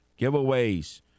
Giveaways